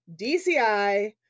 DCI